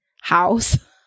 house